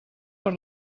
per